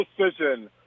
decision